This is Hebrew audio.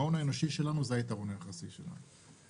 ההון האנושי שלנו זה היתרון היחסי שלנו.